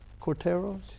Corteros